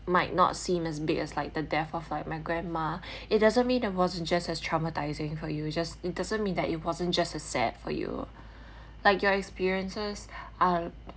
might not seem as big as like the death of like my grandma it doesn't mean that wasn't just as traumatising for you just it doesn't mean that it wasn't just a sad for you like your experiences are